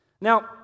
Now